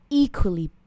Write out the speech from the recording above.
equally